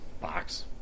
Box